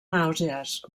nàusees